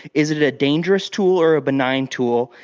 is it it a dangerous tool or a benign tool?